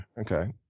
Okay